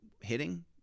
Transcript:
hitting